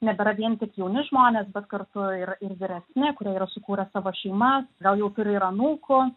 nebėra vien tik jauni žmonės bet kartu ir ir vyresni kurie yra sukūrę savo šeimas gal jau turi ir anūkų